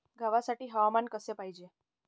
गव्हासाठी हवामान कसे पाहिजे?